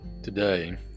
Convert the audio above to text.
Today